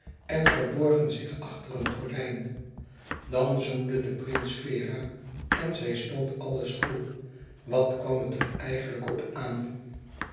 en verborgen zich achter een gordijn dan zoende de prins vera en zij stond alles toe wat kwam het er eigenlijk op aan